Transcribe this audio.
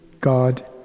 God